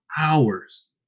hours